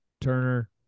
Turner